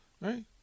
Right